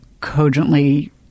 cogently